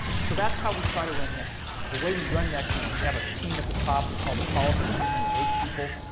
so that's how we try to run next. the way we run next is, we have a team at the top we call the policy team. there's eight people.